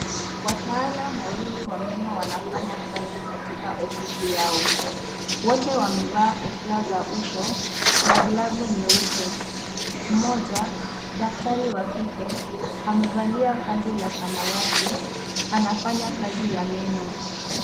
Wataalm wawili wa meno wanafanya kazi katika ofisi yao. Wote wamevaa kofia za uso na glavu nyeupe. Mmoja, daktari wa kike, amevalia kanzu la samawati, anafanya kazi ya meno.